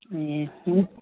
ए हुन्छ